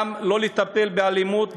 גם לא לטפל באלימות,